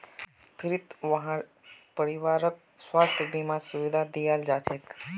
फ्रीत वहार परिवारकों स्वास्थ बीमार सुविधा दियाल जाछेक